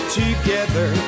together